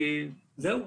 זהו.